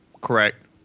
correct